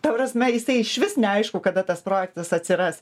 ta prasme jisai išvis neaišku kada tas projektas atsiras